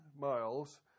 miles